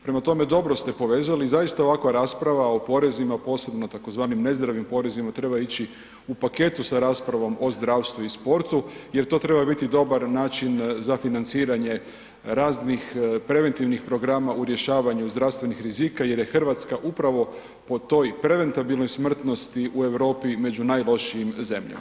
Prema tome, dobro ste povezali i zaista ovakva rasprava o porezima, posebno o tzv. nezdravim porezima treba ići u paketu sa raspravom o zdravstvu i sportu jer to treba biti dobar način za financiranje raznih preventivnih programa u rješavanju zdravstvenih rizika jer je RH upravo po toj preventabilnoj smrtnosti u Europi među najlošijim zemljama.